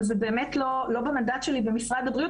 אבל זה באמת לא במנדט שלי במשרד הבריאות.